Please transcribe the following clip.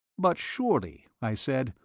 but surely, i said,